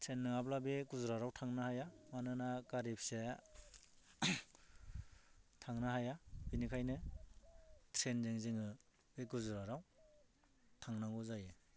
train नङाब्ला बे गुजरातआव थांनो हाया मानोना गारि फिसाया थांनो हाया बिनिखायनो ट्रेनजों जोङो बे गुजरातआव थांनांगौ जायो